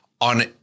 on